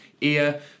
ear